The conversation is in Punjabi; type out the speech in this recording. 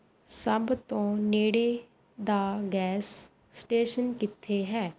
ਸਭ ਤੋਂ ਨੇੜੇ ਦਾ ਗੈਸ ਸਟੇਸ਼ਨ ਕਿੱਥੇ ਹੈ